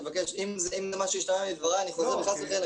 אם זה מה שהשתמש מדבריי חס וחלילה.